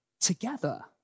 together